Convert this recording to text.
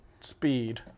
speed